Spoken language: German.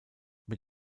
mit